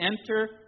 enter